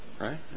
Right